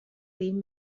egin